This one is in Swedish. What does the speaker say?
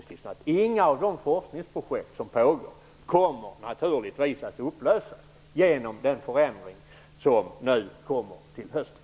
Naturligtvis kommer inga av de forskningsprojekt som pågår att upplösas genom den förändring som äger rum till hösten.